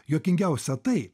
juokingiausia tai